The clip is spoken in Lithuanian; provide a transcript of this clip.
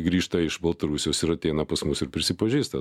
grįžta iš baltarusijos ir ateina pas mus ir prisipažįsta